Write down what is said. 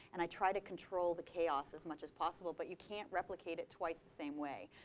and i try to control the chaos as much as possible, but you can't replicate it twice the same way.